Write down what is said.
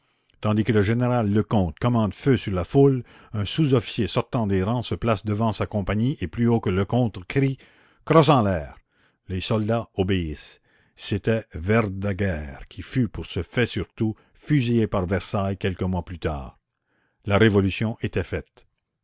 tandis que le général lecomte commande feu sur la foule un sous-officier sortant des rangs se place devant sa compagnie et plus haut que lecomte crie crosse en l'air les soldats obéissent c'était verdaguerre qui fut pour ce fait surtout fusillé par versailles quelques mois plus tard la révolution était faite